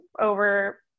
over